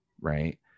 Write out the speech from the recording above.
right